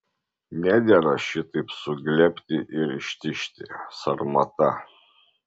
nedera šitaip suglebti ir ištižti sarmata